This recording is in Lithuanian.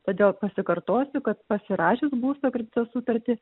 todėl pasikartosiu kad pasirašius būsto kredito sutartį